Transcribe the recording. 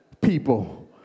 people